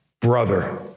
brother